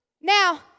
now